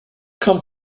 come